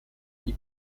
ibu